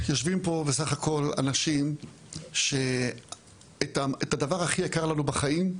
יושבים פה בסך הכול אנשים שאת הדבר הכי יקר לנו בחיים,